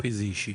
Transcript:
הפיסי-אישי.